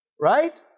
Right